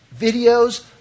videos